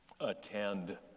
attend